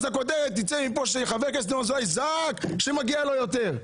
אז הכותרת תצא מפה שחבר הכנסת אזולאי יזעק שמגיע לו יותר.